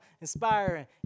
inspiring